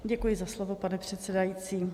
Děkuji za slovo, pane předsedající.